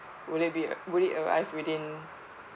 would it be would it arrive within